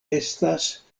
estas